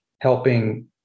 helping